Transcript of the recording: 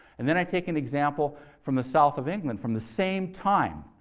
and then i take an example from the south of england, from the same time,